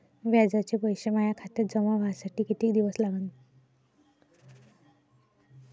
व्याजाचे पैसे माया खात्यात जमा व्हासाठी कितीक दिवस लागन?